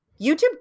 YouTube